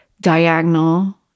diagonal